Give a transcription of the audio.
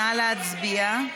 נא להצביע.